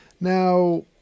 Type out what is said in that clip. Now